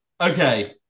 Okay